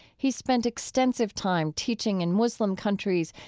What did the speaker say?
he spent extensive time teaching in muslim countries,